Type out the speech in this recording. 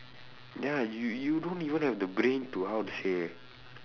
ya you you don't even have the brain to how to say